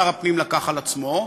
שר הפנים לקח על עצמו.